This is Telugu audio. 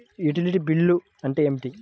యుటిలిటీ బిల్లు అంటే ఏమిటి?